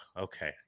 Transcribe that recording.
okay